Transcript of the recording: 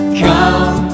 come